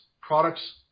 products